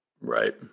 Right